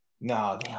No